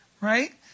right